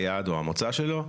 היעד או המוצא שלו.